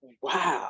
Wow